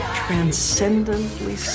transcendently